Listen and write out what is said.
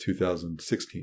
2016